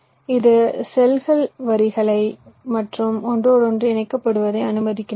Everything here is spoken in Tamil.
இது செல்கள் வரிசைகள் மற்றும் ஒன்றோடொன்று இணைக்கப்படுவதை அனுமதிக்கிறது